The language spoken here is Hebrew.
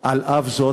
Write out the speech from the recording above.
על אף זאת